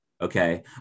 Okay